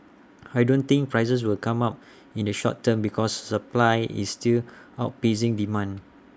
I don't think prices will come up in the short term because supply is still outpacing demand